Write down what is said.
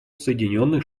соединенных